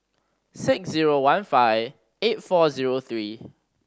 six zero one five eight four zero three